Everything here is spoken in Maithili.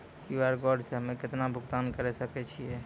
क्यू.आर कोड से हम्मय केतना भुगतान करे सके छियै?